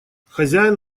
хозяин